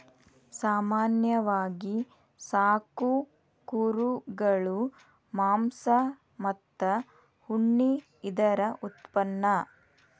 ಸಾಮಾನ್ಯವಾಗಿ ಸಾಕು ಕುರುಗಳು ಮಾಂಸ ಮತ್ತ ಉಣ್ಣಿ ಇದರ ಉತ್ಪನ್ನಾ